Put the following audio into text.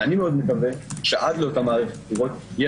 ואני מאוד מקווה שעד אותה מערכת בחירות יהיה